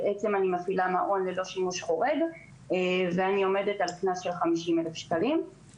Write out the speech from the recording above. מפעילה מעון ללא שימוש חורג ואני עומדת על קנס של 50 אלף שקלים.